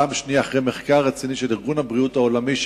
פעם שנייה אחרי מחקר רציני של ארגון הבריאות העולמי,